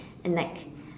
and like